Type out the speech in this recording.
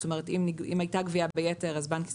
זאת אומרת אם הייתה גבייה ביתר אז בנק ישראל,